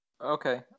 Okay